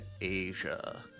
Asia